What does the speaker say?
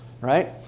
Right